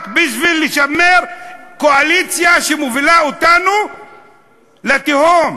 רק בשביל לשמר קואליציה שמובילה אותנו לתהום.